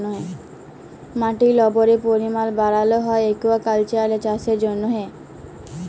মাটির লবলের পরিমাল বাড়ালো হ্যয় একুয়াকালচার চাষের জ্যনহে